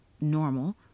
normal